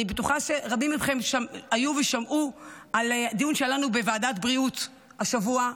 אני בטוחה שרבים מכם היו ושמעו על דיון שהיה לנו בוועדת הבריאות השבוע,